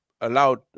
allowed